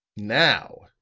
now,